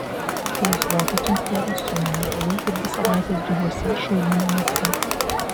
atėjus vokiečiams tėvą suėmė palaikė dvi savaites džiuguose šaulių namuose